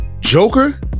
Joker